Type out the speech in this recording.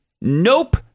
Nope